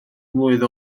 mlwydd